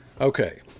Okay